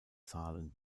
zahlen